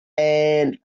and